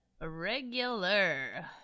regular